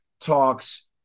talks